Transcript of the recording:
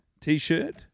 T-shirt